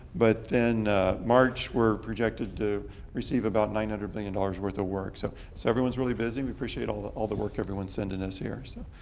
but then march, we're projected to receive about nine hundred million dollars dollars worth of work. so so everyone's really busy. we appreciate all the all the work everyone's sending us here. so